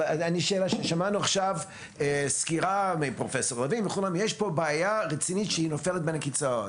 שמענו עכשיו סקירה על כך שיש בעיה רצינית שנופלת בין הכיסאות.